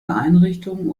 einrichtungen